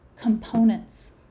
components